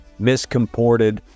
miscomported